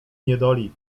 niedoli